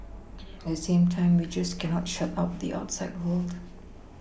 at the same time we just cannot shut out the outside world